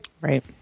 Right